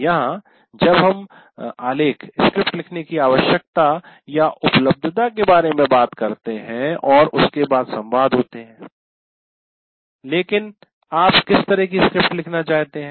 यहां जब हम आलेख स्क्रिप्ट लिखने की आवश्यकता या उपलब्धता के बारे में बात करते हैं और उसके बाद संवाद होते हैं लेकिन आप किस तरह की स्क्रिप्ट लिखना चाहते हैं